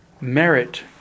merit